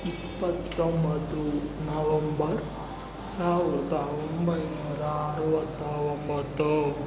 ಇಪ್ಪತ್ತೊಂಬತ್ತು ನವೆಂಬರ್ ಸಾವಿರದ ಒಂಬೈನೂರ ಅರವತ್ತ ಒಂಬತ್ತು